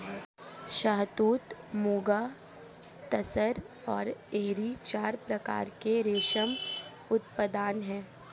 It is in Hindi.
शहतूत, मुगा, तसर और एरी चार प्रकार के रेशम उत्पादन हैं